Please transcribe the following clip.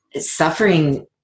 suffering